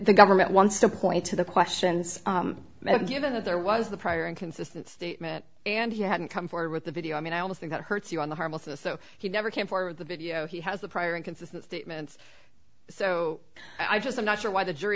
the government wants to point to the questions that given that there was the prior inconsistent statement and he hadn't come forward with the video i mean i would think that hurts you on the heart with this so he never came for the video he has the prior inconsistent statements so i just i'm not sure why the jury